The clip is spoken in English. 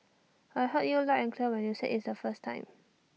I heard you loud and clear when you said IT the first time